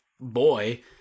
boy